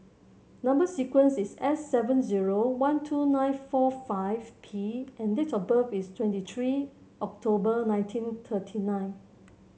number sequence is S seven zero one two nine four five P and date of birth is twenty three October nineteen thirty nine